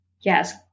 Yes